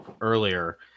earlier